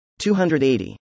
280